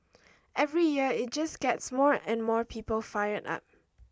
every year it just gets more and more people fired up